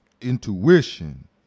intuition